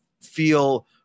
feel